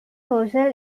social